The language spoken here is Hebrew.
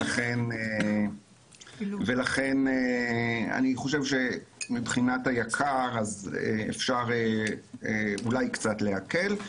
ולכן אני חושב שמבחינת היק"ר אפשר אולי קצת להקל.